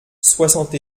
soixante